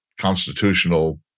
constitutional